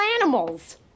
animals